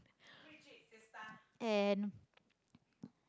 and